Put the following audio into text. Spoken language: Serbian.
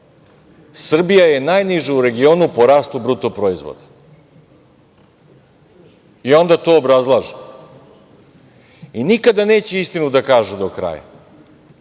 Srbija je najniža u regionu po rastu bruto proizvoda. I onda to obrazlažu. I nikada neće istinu da kažu do kraja.